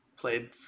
played